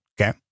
okay